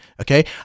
okay